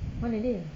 mana dia